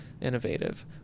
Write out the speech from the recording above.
innovative